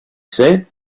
said